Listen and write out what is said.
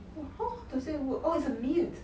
oh how does it work oh it's a mint